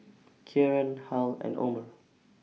Kieran Harl and Omer